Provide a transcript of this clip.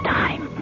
time